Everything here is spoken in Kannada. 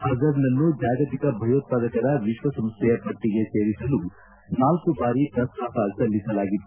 ಅಜರ್ನ್ನು ಜಾಗತಿಕ ಭಯೋತ್ಪಾದಕರ ವಿಶ್ವಸಂಸ್ವೆಯ ಪಟ್ಟಗೆ ಸೇರಿಸಲು ನಾಲ್ಕು ಬಾರಿ ಪ್ರಸ್ತಾಪ ಸಲ್ಲಿಸಲಾಗಿತ್ತು